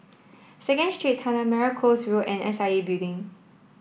Second Street Tanah Merah Coast Road and S I A Building